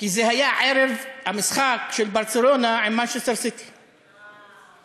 כי זה היה ערב המשחק של "ברצלונה" עם "מנצ'סטר סיטי".